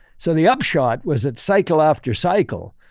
so, the upshot was that cycle after cycle,